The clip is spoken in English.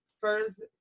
first